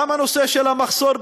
גם הנושא של המחסור בקרקעות,